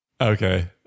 okay